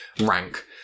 rank